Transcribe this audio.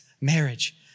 marriage